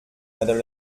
madame